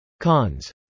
Cons